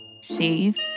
Save